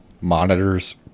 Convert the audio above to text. monitors